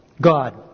God